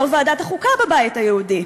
יו"ר ועדת החוקה בבית היהודי,